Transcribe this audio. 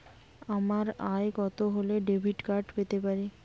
আমার আয় কত হলে ডেবিট কার্ড পেতে পারি?